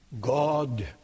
God